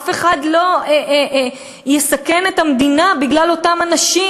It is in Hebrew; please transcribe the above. אף אחד לא יסכן את המדינה בגלל אותם אנשים.